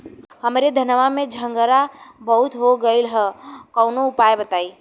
हमरे धनवा में झंरगा बहुत हो गईलह कवनो उपाय बतावा?